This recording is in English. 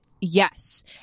yes